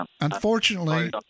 Unfortunately